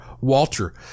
Walter